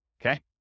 okay